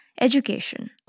education